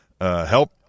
help